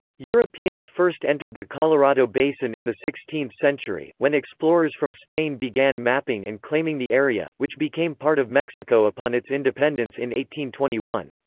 europeans first entered the colorado basin in the sixteenth century, when explorers from spain began mapping and claiming the area, which became part of mexico upon its independence in twenty one.